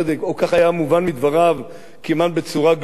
או כך היה מובן מדבריו כמעט בצורה גלויה.